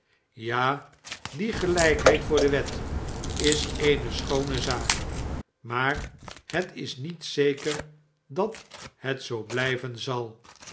ja die gelijkheid voor de wet is eene schoone zaak maar het is niet zeker dat het zoo blijven zal